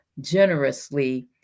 generously